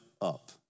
up